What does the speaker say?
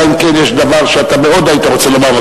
אלא אם כן יש דבר שאתה מאוד היית רוצה לומר.